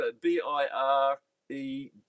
B-I-R-E